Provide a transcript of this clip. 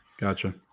Gotcha